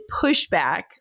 pushback